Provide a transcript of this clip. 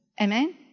Amen